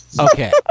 okay